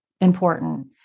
important